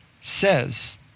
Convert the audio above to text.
says